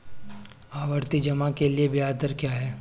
आवर्ती जमा के लिए ब्याज दर क्या है?